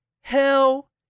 Hell